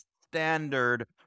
standard